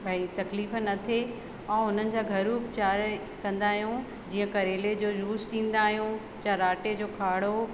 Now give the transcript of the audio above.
भई तकलीफ़ न थिए ऐं हुननि जा घरू उपचारे कंदा आहियूं जीअं करेले जो जूस ॾींदा आहियूं चरांटे जो काढ़ो